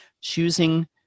choosing